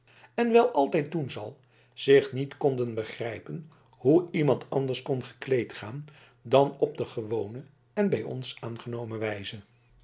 en wel altijd doen zal zich niet konden begrijpen hoe iemand anders kon gekleed gaan dan op de gewone en bij ons aangenomen wijze